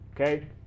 Okay